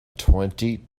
twenty